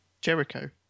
Jericho